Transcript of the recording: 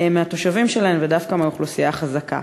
מהתושבים שלהן, ודווקא מהאוכלוסייה החזקה.